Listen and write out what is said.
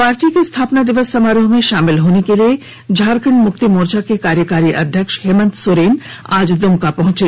party के स्थापना दिवस समारोह में शामिल होने के लिए झारखंड मुक्ति मोर्चा के कार्यकारी अध्यक्ष हेमंत सोरेन आज दुमका पहुंचे